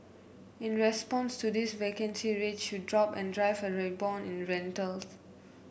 in response to this vacancy rates should drop and drive a rebound in rentals